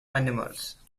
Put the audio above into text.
animals